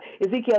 Ezekiel